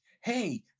hey